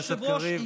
אדוני היושב-ראש,